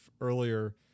earlier